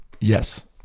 Yes